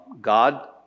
God